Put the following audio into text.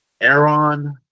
Aaron